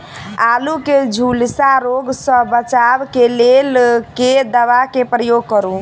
आलु केँ झुलसा रोग सऽ बचाब केँ लेल केँ दवा केँ प्रयोग करू?